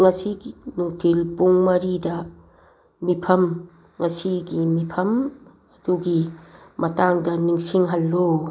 ꯉꯁꯤꯒꯤ ꯅꯨꯡꯊꯤꯜ ꯄꯨꯡ ꯃꯔꯤꯗ ꯃꯤꯐꯝ ꯉꯁꯤꯒꯤ ꯃꯤꯐꯝ ꯑꯗꯨꯒꯤ ꯃꯇꯥꯡꯗ ꯅꯤꯡꯁꯤꯡꯍꯜꯂꯨ